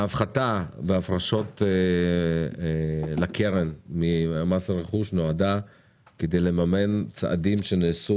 ההפחתה בהפרשות לקרן ממס רכוש נועדה כדי לממן צעדים שנעשו